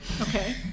okay